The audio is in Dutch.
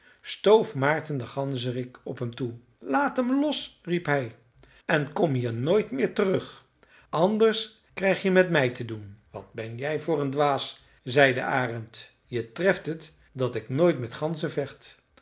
stoof maarten de ganzerik op hem toe laat hem los riep hij en kom hier nooit meer terug anders krijg je met mij te doen wat ben jij voor een dwaas zei de arend je treft het dat ik nooit met ganzen vecht